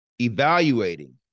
evaluating